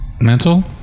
Mental